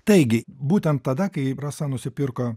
taigi būtent tada kai rasa nusipirko